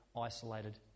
isolated